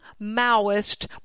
Maoist